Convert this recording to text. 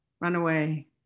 runaway